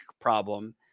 problem